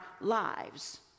lives